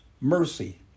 mercy